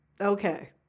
Okay